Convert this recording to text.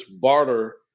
barter